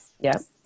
yes